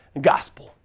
gospel